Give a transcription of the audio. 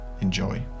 Enjoy